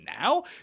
now